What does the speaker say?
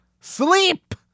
Sleep